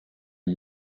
new